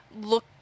look